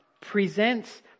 presents